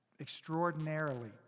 extraordinarily